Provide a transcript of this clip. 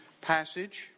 passage